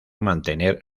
mantener